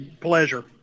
pleasure